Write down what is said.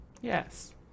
Yes